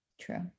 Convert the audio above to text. True